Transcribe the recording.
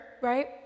right